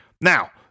Now